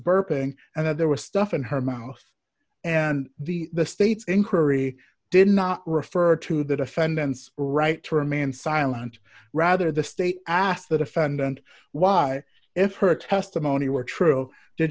burping and that there was stuff in her mouth and the the state's inquiry did not refer to the defendant's right to remain silent rather the state asked the defendant why if her testimony were true did